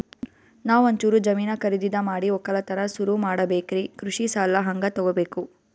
ನಾ ಒಂಚೂರು ಜಮೀನ ಖರೀದಿದ ಮಾಡಿ ಒಕ್ಕಲತನ ಸುರು ಮಾಡ ಬೇಕ್ರಿ, ಕೃಷಿ ಸಾಲ ಹಂಗ ತೊಗೊಬೇಕು?